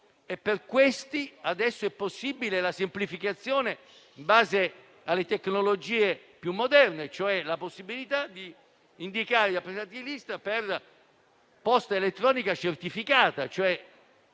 adesso è possibile una semplificazione in base alle tecnologie più moderne, con la possibilità di indicare i rappresentanti di lista per posta elettronica certificata